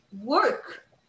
work